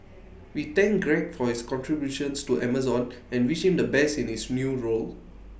we thank Greg for his contributions to Amazon and wish him the best in his new role